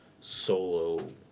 solo